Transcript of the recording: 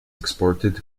exported